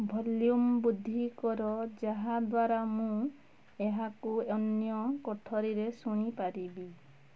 volume ବୃଦ୍ଧି କର ଯାହା ଦ୍ୱାରା ମୁଁ ଏହାକୁ ଅନ୍ୟ କୋଠରୀରେ ଶୁଣିପାରିବି